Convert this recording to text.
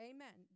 Amen